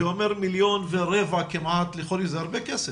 זה אומר 1.25 מיליון כמעט לכל ישוב, זה הרבה כסף.